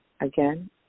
again